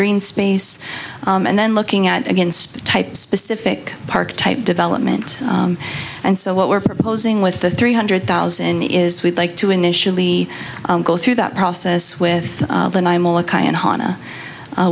green space and then looking at against type specific park type development and so what we're proposing with the three hundred thousand is we'd like to initially go through that process with